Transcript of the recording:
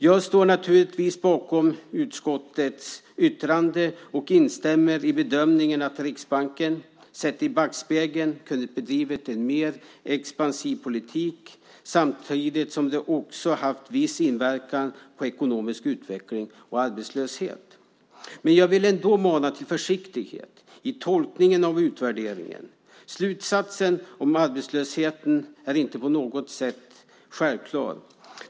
Jag står naturligtvis bakom utskottets yttrande och instämmer i bedömningen att Riksbanken sett i backspegeln kunde ha bedrivit en mer expansiv politik, samtidigt som detta också har haft viss inverkan på ekonomisk utveckling och arbetslöshet. Jag vill ändå mana till försiktighet i tolkningen av utvärderingen. Slutsatsen om arbetslösheten är inte på något sätt självklar.